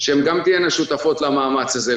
גם תהיינה שותפות למאמץ הזה.